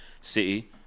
City